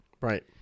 right